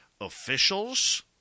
officials